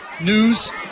news